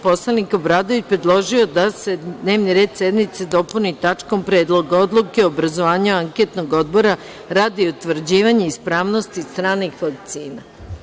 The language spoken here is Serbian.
Poslanik Obradović, predložio je da se dnevni red sednice dopuni tačkom – Predlog odluke o obrazovanju anketnog odbora radi utvrđivanja ispravnosti stranih vakcina.